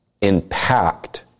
impact